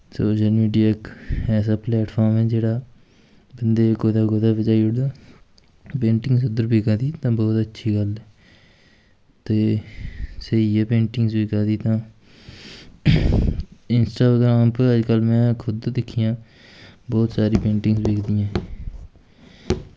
social media इक ऐसा platform ऐ जेह्ड़ा बंदे गी कुदै कुदै पज़ाई ओड़दा पेंटिंग्स इद्धर बिका दी तां बोह्त अच्छी गल्ल ऐ ते स्हेई ऐ पेंटिंग बिका दी तां इंस्टाग्राम पर अज्जकल में खुद दिक्खियां बोह्त सीारी पेंटिंग बिकदियां